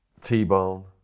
T-Bone